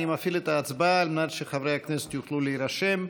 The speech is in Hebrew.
אני מפעיל את ההצבעה כדי שחברי הכנסת יוכלו להירשם.